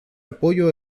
apoyo